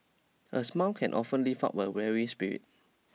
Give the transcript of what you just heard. a smile can often lift up a weary spirit